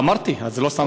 אמרתי, לא שמת לב.